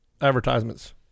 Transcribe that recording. advertisements